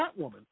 Catwoman